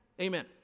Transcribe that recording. Amen